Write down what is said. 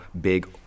big